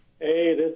Hey